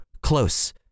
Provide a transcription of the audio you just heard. close